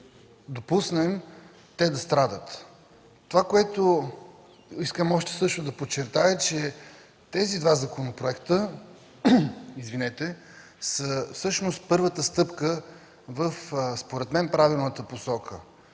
Това, което искам още също да подчертая, е, че тези два законопроекта са всъщност първата стъпка в правилната посока,